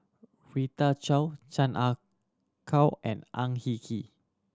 Rita Chao Chan Ah Kow and Ang Hin Kee